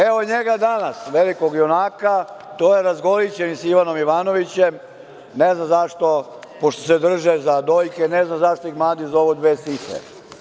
Evo njega danas, velikog junaka, tu je razgolićen sa Ivanom Ivanovićem, ne znam zašto, pošto se drže za dojke, ne znam zašto ih mladi zovu dve sise.